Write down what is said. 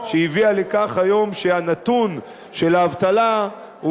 שהביאה לכך שהיום הנתון של האבטלה הוא